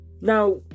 Now